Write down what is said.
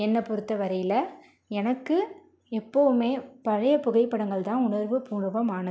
என்னைப் பொறுத்தவரையில் எனக்கு எப்பவுமே பழைய புகைப்படங்கள் தான் உணர்வுபூர்வமானது